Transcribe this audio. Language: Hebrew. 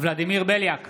ולדימיר בליאק,